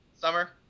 summer